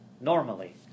normally